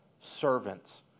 servants